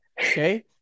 okay